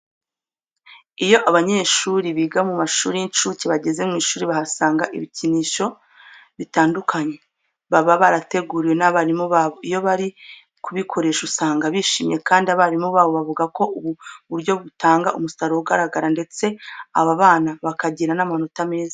Iyo abanyeshuri biga mu mashuri y'incuke bageze ku ishuri bahasanga ibikinisho bitandukanye baba barateguriwe n'abarimu babo. Iyo bari kubikoresha usanga bishimye kandi abarimu babo bavuga ko ubu buryo butanga umusaruro ugaragara ndetse aba bana bakagira n'amanota meza.